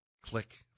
click